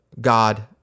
God